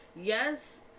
yes